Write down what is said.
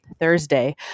Thursday